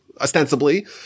ostensibly